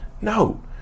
no